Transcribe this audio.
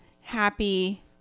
happy